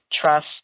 trust